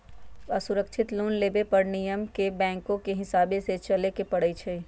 असुरक्षित लोन लेबे पर नियम के बैंकके हिसाबे से चलेए के परइ छै